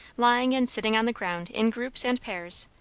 lying and sitting on the ground in groups and pairs,